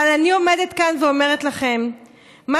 אבל אני עומדת כאן ואומרת לכם מה